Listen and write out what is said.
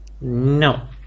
No